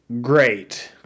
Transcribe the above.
great